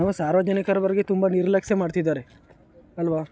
ಸಾರ್ವಜನಿಕರ ಬಗ್ಗೆ ತುಂಬ ನಿರ್ಲಕ್ಷ್ಯ ಮಾಡ್ತಿದ್ದಾರೆ ಅಲ್ವ